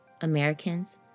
Americans